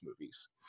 movies